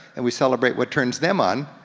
and we celebrate what turns them on,